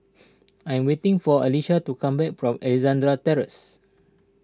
I'm waiting for Ayesha to come back from Alexandra Terrace